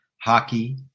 Hockey